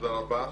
תודה רבה.